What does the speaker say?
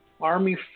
Army